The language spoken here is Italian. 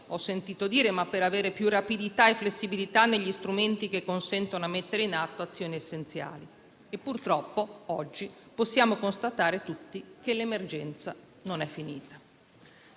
ho sentito dire, ma per avere più rapidità e flessibilità negli strumenti che consentono di mettere in atto azioni essenziali. Purtroppo oggi possiamo tutti constatare che l'emergenza non è finita.